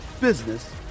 business